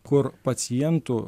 kur pacientų